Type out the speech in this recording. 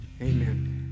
Amen